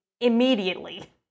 immediately